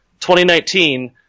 2019